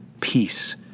peace